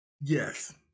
Yes